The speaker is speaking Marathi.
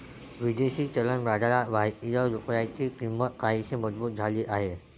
विदेशी चलन बाजारात भारतीय रुपयाची किंमत काहीशी मजबूत झाली आहे